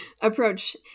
approach